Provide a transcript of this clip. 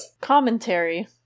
commentary